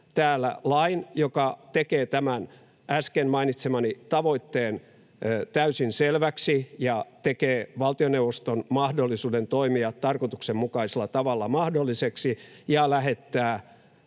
täällä lain, joka tekee tämän äsken mainitsemani tavoitteen täysin selväksi ja tekee valtioneuvoston mahdollisuuden toimia tarkoituksenmukaisella tavalla mahdolliseksi ja lähettää